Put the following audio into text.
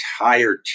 entire